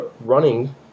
running